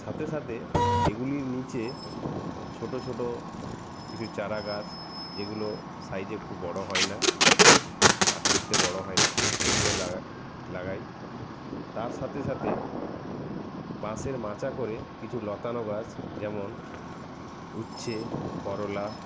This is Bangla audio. সাথে সাথে এগুলির নীচে ছোটো ছোটো কিছু চারা গাছ যেগুলো সাইজে খুব বড়ো হয় না আকৃতিতে বড়ো হয় না সেগুলো লাগাই লাগাই তার সাথে সাথে বাঁশের মাচা করে কিছু লতানো গাছ যেমন উচ্ছে করলা